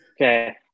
Okay